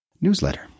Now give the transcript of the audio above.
Newsletter